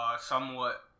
somewhat